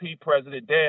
president